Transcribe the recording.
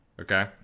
Okay